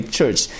Church